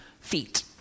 feet